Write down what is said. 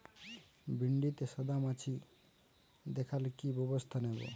ভিন্ডিতে সাদা মাছি দেখালে কি ব্যবস্থা নেবো?